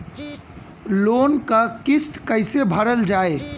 Loan क किस्त कैसे भरल जाए?